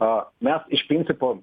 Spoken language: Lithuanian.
a mes iš principo